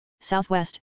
southwest